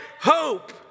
hope